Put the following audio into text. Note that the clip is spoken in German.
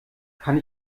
kann